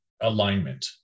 alignment